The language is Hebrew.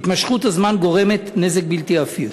התמשכות הזמן גורמת נזק בלתי הפיך.